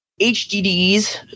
HDDs